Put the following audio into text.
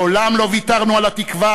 מעולם לא ויתרנו על התקווה,